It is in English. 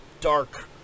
dark